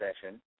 session